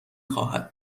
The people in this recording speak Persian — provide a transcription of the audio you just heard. خواهد